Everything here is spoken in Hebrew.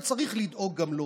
וצריך לדאוג גם לו.